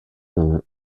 dans